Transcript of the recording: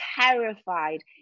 terrified